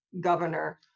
governor